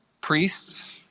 priests